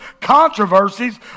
controversies